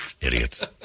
Idiots